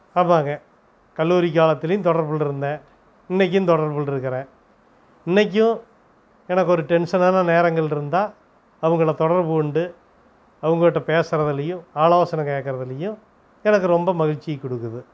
ஆமாங்க கல்லூரி காலத்திலேயும் தொடர்பில் இருந்தேன் இன்றைக்கும் தொடர்பில் இருக்கிறேன் இன்றைக்கும் எனக்கு ஒரு டென்ஸனான நேரங்கள் இருந்தால் அவங்கள தொடர்புக் கொண்டு அவங்க கிட்ட பேசறதாலேயும் ஆலோசனை கேட்கறதாலியும் எனக்கு ரொம்ப மகிழ்ச்சிய கொடுக்குது